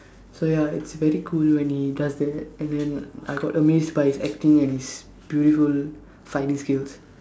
so ya it's very cool when he does that and then I got amazed by his acting and his beautiful fighting skills